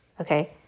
okay